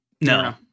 no